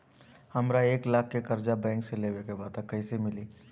हमरा एक लाख के कर्जा बैंक से लेवे के बा त कईसे मिली?